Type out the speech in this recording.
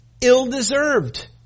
ill-deserved